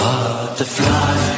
Butterfly